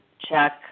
check